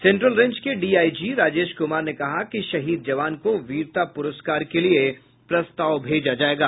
central range के DIG Rajesh Kumar ने कहा कि शहीद जवान को वीरता पुरस्कार के लिए प्रस्ताव भेजा जायेगा